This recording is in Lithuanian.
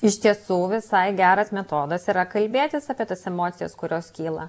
iš tiesų visai geras metodas yra kalbėtis apie tas emocijas kurios kyla